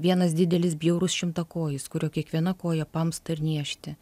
vienas didelis bjaurus šimtakojis kurio kiekviena koja pampsta ir niežti